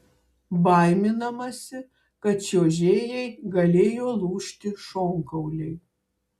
baiminamasi kad čiuožėjai galėjo lūžti šonkauliai